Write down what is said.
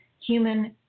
human